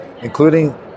including